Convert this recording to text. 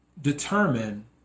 determine